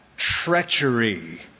Treachery